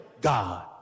God